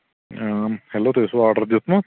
hello تۄہہِ اوسوٕ order دیُتمُت